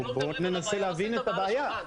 בואו ננסה להבין את בעיה.